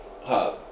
hub